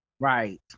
Right